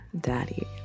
Daddy